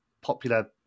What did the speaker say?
popular